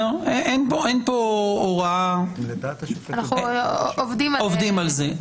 אין פה הוראה --- אנחנו עובדים על זה.